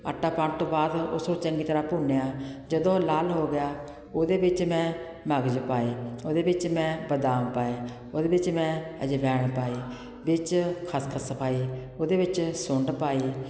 ਆਟਾ ਪਾਣ ਤੋਂ ਬਾਅਦ ਉਸ ਨੂੰ ਚੰਗੀ ਤਰ੍ਹਾਂ ਭੁੰਨਿਆ ਜਦੋਂ ਉਹ ਲਾਲ ਹੋ ਗਿਆ ਉਹਦੇ ਵਿੱਚ ਮੈਂ ਮਗਜ਼ ਪਾਏ ਉਹਦੇ ਵਿੱਚ ਮੈਂ ਬਦਾਮ ਪਾਏ ਉਹਦੇ ਵਿੱਚ ਮੈਂ ਅਜਵੈਣ ਪਾਈ ਵਿੱਚ ਖਸਖਸ ਪਾਈ ਉਹਦੇ ਵਿੱਚ ਸੁੰਡ ਪਾਈ